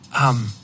Um